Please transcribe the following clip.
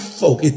folk